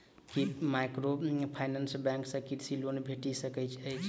की microfinance bank सँ कृषि loan भेटि सकैत अछि?